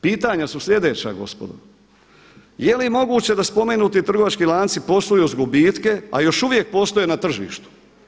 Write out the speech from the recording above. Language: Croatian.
Pitanja su sljedeća gospodo, jeli moguće da spomenuti trgovački lanci posluju s gubitkom, a još uvijek postoje na tržištu?